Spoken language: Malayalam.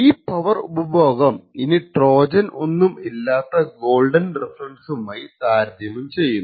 ഈ പവർ ഉപഭോഗം ഇനി ട്രോജൻ ഒന്നും ഇല്ലാത്ത ഗോൾഡൻ റെഫറൻസുമായി താരതമ്യം ചെയ്യുന്നു